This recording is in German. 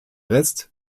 rest